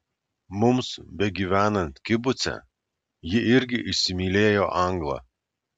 mums begyvenant kibuce ji irgi įsimylėjo anglą